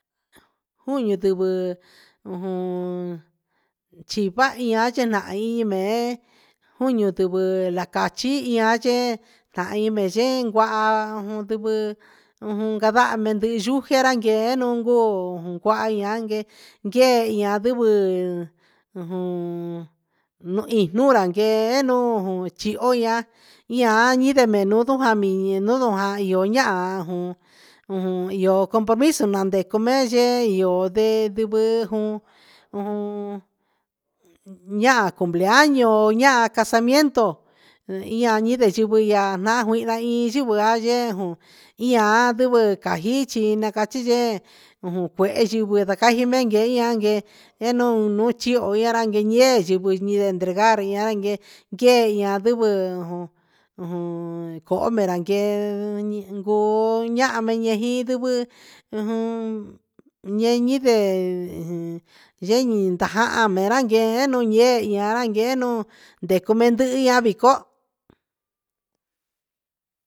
Jun nda ndivɨ ujun chi vahi ian chi nahin mee juu ndivɨ na la cachi chihi yee ta mbee ye guaha ndvɨ ujun gandaha ndu ru yee un guu jauha ndee ra yee ndehe ra ndivɨ nuun ra ndehe chihio a ian menundu ja io ahan jan ujun io compromiso na ndecu ndee yee ndoo ndivɨ ahan cumpleao anan casamiento ian e na juihna na yee ivɨ a yee a ian ndivɨ na cachi yee cuehe xi cue mei je cue un chiho e ran gue ivɨ i netregar ian gue aivɨ coho me ran guee guu ahan me e ju gui e inde ein ndajaha me ra guee un yee un yee un ma ndecu me ndihi vico.